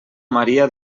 maria